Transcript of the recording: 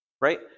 Right